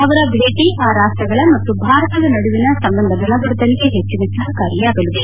ಅವರ ಭೇಟಿ ಆ ರಾಷ್ಟಗಳ ಮತ್ತು ಭಾರತದ ನಡುವಿನ ಸಂಬಂಧ ಬಲವರ್ಧನೆಗೆ ಹೆಚ್ಚಿನ ಸಹಕಾರಿಯಾಗಲಿದೆ